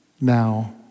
now